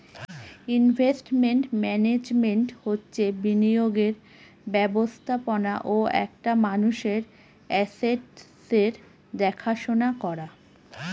investment management হচ্ছে বিনিয়োগের ব্যবস্থাপনা ও একটা মানুষের আসেটসের দেখাশোনা করা